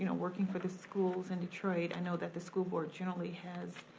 you know working for the schools in detroit, i know that the school board generally has